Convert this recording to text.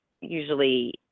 usually